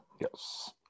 Yes